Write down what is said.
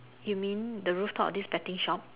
you mean the rooftop of this betting shop